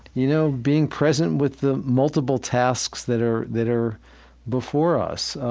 you know, being present with the multiple tasks that are that are before us.